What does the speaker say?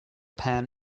pen